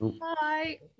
Hi